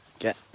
get